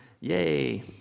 Yay